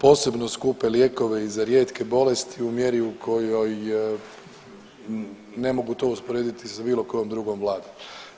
posebno skupe lijekove i za rijetke bolesti u mjeri u kojoj ne mogu to usporediti sa bilo kojom drugom Vladom.